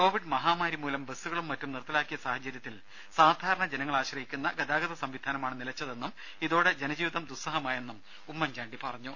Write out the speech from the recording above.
Covid മഹാമാരിമൂലം ബസുകളും മറ്റും നിർത്തലാക്കിയ സാഹചര്യത്തിൽ സാധാരണ ജനങ്ങൾ ആശ്രയിക്കുന്ന ഗതാഗതസംവിധാനമാണ് നിലച്ചതെന്നും ഇതോടെ ജനജീവിതം ദുസഹമായെന്നും ഉമ്മൻചാണ്ടി പറഞ്ഞു